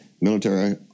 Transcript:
military